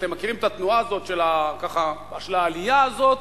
אתם מכירים את התנועה הזו ככה של העלייה הזו,